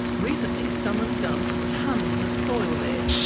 recently, someone dumped tonnes of soil there.